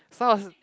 so I was